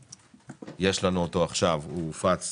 שיש לנו אותו עכשיו הופץ